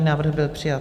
Návrh byl přijat.